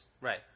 right